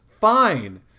fine